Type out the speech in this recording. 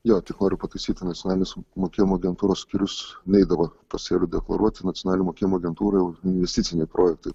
jo tik noriu pataisyt nacionalinės mokėjimo agentūros skyrius neidavo pasėlių deklaruoti nacionalinė mokėjimo agentūra investiciniai projektai